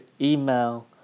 email